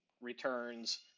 returns